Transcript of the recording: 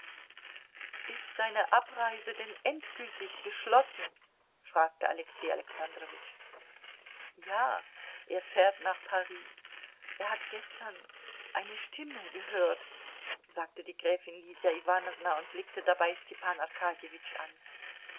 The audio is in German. ist seine abreise denn endgültig beschlossen fragte alexei alexandrowitsch ja er fährt nach paris er hat gestern eine stimme gehört sagte die gräfin lydia iwanowna und blickte dabei stepan arkadjewitsch an